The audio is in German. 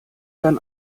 dann